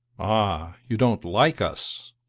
ah, you don't like us!